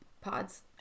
pods